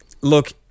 Look